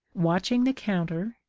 watching the counter,